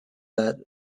that